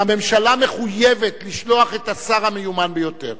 והממשלה מחויבת לשלוח את השר המיומן ביותר.